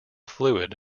fluid